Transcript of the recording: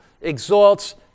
exalts